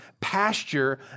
pasture